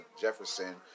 Jefferson